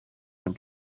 and